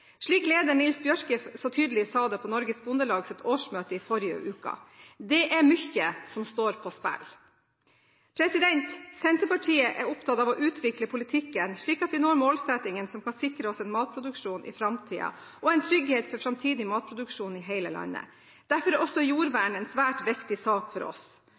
slik at vi når målsettingene som kan sikre oss en matproduksjon i framtiden, og en trygghet for framtidig matproduksjon i hele landet. Derfor er også jordvern en svært viktig sak for oss.